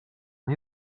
are